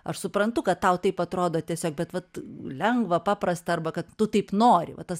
aš suprantu kad tau taip atrodo tiesiog bet vat lengva paprasta arba kad tu taip nori va tas